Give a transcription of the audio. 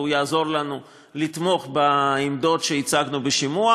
והוא יעזור לנו לתמוך בעמדות שהצגנו בשימוע,